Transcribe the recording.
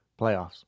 playoffs